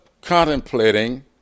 contemplating